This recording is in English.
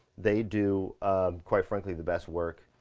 they do quite frankly the best work,